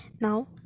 now